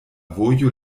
vojo